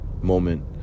moment